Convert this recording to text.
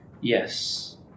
Yes